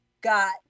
got